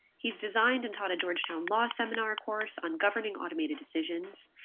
he's designed and taught a georgetown law seminar course on governing automated decisions,